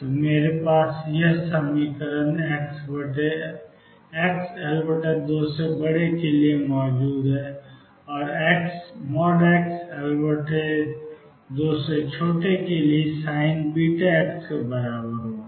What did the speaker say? तो मेरे पास xA e αx xL2 है और यह xL2 के लिए कुछ Csin βx के बराबर है